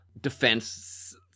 defense